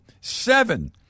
seven